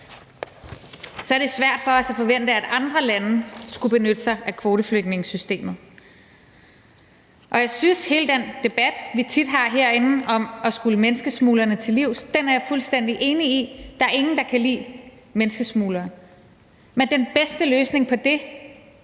Så er det svært for os at forvente, at andre lande skulle benytte sig af kvoteflygtningesystemet. Vi har tit en debat herinde om at komme menneskesmuglerne til livs, og det er jeg fuldstændig enig i vi skal. Der er ingen, der kan lide menneskesmuglere. Men den bedste løsning på det,